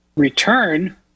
return